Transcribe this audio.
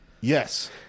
Yes